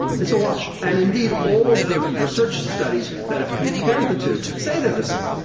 it's a wash. and indeed, all of the research studies that have compared the two say they're the same.